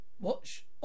watch